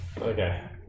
Okay